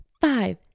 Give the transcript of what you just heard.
five